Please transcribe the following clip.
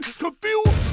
confused